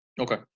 Okay